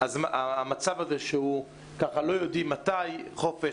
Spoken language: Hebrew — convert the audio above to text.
המצב הזה שלא יודעים מתי חופש,